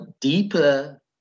Deeper